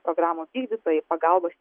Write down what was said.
programos vykdytojai pagalbos